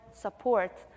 support